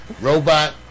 robot